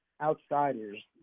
outsiders